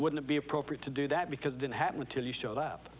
wouldn't be appropriate to do that because didn't happen until you showed up